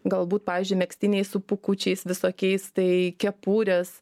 galbūt pavyzdžiui megztiniai su pūkučiais visokiais tai kepurės